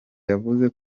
yavuze